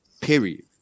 Period